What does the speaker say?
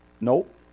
nope